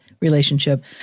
Relationship